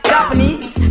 Japanese